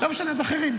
לא משנה, אז אחרים.